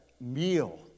meal